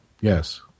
Yes